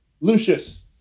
Lucius